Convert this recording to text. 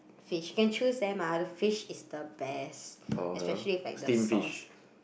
fish you can choose them ah the fish is the best especially with like the sauce